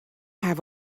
have